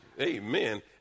Amen